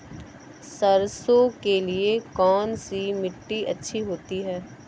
सरसो के लिए कौन सी मिट्टी अच्छी होती है?